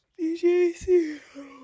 DJC